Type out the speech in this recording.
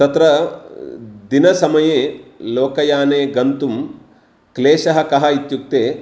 तत्र दिनसमये लोकयाने गन्तुं क्लेशः कः इत्युक्ते